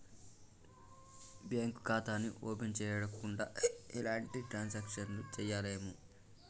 bank ఖాతాని open చెయ్యకుండా ఎలాంటి ట్రాన్సాక్షన్స్ ని చెయ్యలేము